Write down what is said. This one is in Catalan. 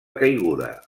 caiguda